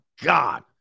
god